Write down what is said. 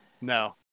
No